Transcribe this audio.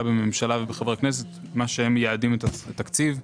בממשלה ובחברי הכנסת, למה שהם מייעדים את התקציב.